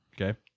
Okay